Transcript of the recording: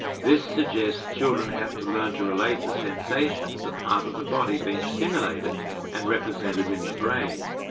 this suggests children have to learn to relate the sensation to the part of the body being stimulated and represented in the brain.